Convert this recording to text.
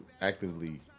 actively